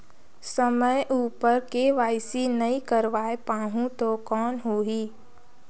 समय उपर के.वाई.सी नइ करवाय पाहुं तो कौन होही?